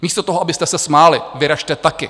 Místo toho, abyste se smáli, vyrazte taky.